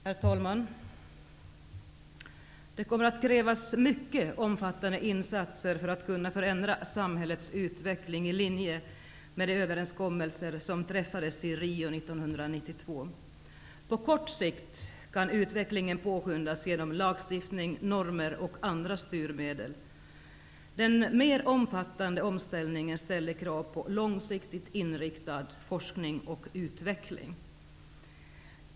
Herr talman! Det kommer att krävas mycket omfattande insatser för att vi skall kunna förändra samhällets utveckling i linje med de överenskommelser som träffades i Rio 1992. På kort sikt kan utvecklingen påskyndas genom lagstiftning, normer och andra styrmedel. Den mer omfattande omställningen ställer krav på långsiktigt inriktad forskning och utveckling.